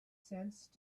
sense